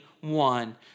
one